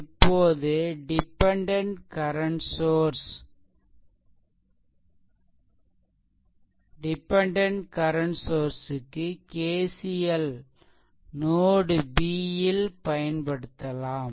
இப்போது dependent current source க்கு KCL node b ல் பயன்படுத்தலாம்